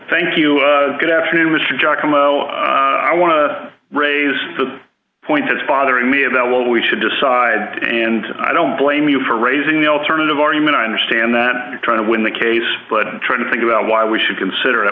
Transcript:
thank you good afternoon mister giacomo i want to raise the point as bothering me about what we should decide and i don't blame you for raising the alternative argument i understand that you're trying to win the case but i'm trying to think of why we should consider that